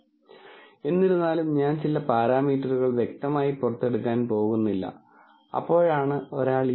ഇവ യഥാർത്ഥത്തിൽ വഞ്ചനാപരമായ ഇടപാടുകളായിരുന്നു ഇവ നിയമപരമല്ലാത്തതോ ക്രെഡിറ്റ് കാർഡും ഉടമസ്ഥതയിലുള്ള വ്യക്തി നടത്താത്തതോ ആയ ഇടപാടുകളാണ്ന്ന് നിങ്ങൾ കണ്ടെത്തും